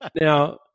Now